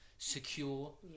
secure